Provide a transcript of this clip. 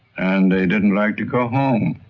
and they didn't like to go home.